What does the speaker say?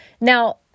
Now